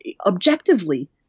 objectively